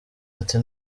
ati